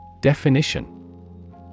Definition